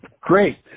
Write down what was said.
Great